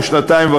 שנתיים,